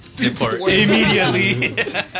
Immediately